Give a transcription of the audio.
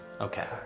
okay